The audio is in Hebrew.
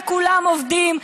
וכולם עובדים,